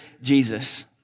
Jesus